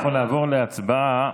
אנחנו נעבור להצבעה,